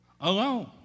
alone